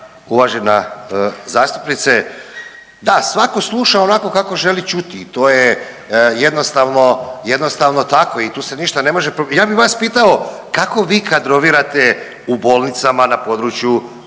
uvažena zastupnice, da svako sluša onako kako želi čuti i to je jednostavno, jednostavno tako i tu se ništa ne može, ja bi vas pitao kako vi kadrovirate u bolnicama na području